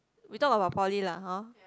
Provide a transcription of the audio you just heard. we talk about poly lah hor